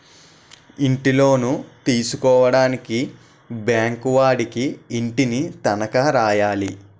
ఇంటిలోను తీసుకోవడానికి బ్యాంకు వాడికి ఇంటిని తనఖా రాయాలి